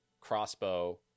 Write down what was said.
crossbow